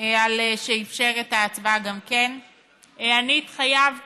ואני מברכת על כך שהצלחת לקדם את ההצעה, ומודה לך,